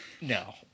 no